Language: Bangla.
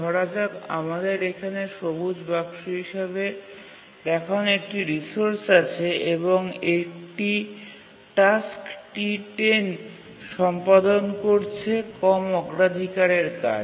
ধরা যাক আমাদের এখানে সবুজ বাক্স হিসাবে দেখানো একটি রিসোর্স আছে এবং একটি টাস্ক T10 সম্পাদন করছে কম অগ্রাধিকারের কাজ